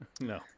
No